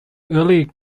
early